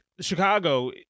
Chicago